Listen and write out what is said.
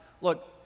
Look